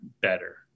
better